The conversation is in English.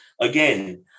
again